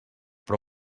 però